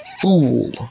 fool